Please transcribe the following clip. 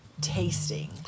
tasting